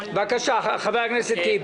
בבקשה, חבר הכנסת גפני.